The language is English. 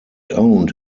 owned